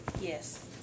Yes